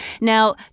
Now